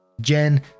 Jen